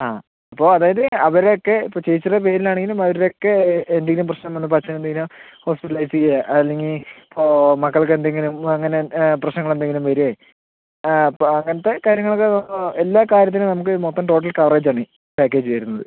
ആ ഇപ്പോൾ അതായത് അവരെ ഒക്കെ ഇപ്പോൾ ചേച്ചീടെ പേരിൽ ആണെങ്കിലും അവര് ഒക്കെ എന്തേലും പ്രശ്നം വന്ന് കഴിഞ്ഞാൽ ഹോസ്പിറ്റലൈസ് ചെയ്യുക അല്ലെങ്കിൽ ഇപ്പോൾ മക്കൾക്ക് എന്തെങ്കിലും അങ്ങനെ പ്രശ്നങ്ങൾ എന്തെങ്കിലും വരിക അപ്പോൾ അങ്ങനത്തെ കാര്യങ്ങളൊക്കെ ഓ എല്ലാ കാര്യത്തിനും നമുക്ക് മൊത്തം ടോട്ടൽ കവറേജ് ആണേ പാക്കേജ് വരുന്നത്